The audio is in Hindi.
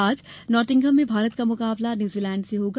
आज नॉटिंघम में भारत का मुकाबला न्यूजीलैंड से होगा